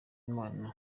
imana